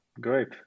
Great